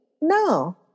no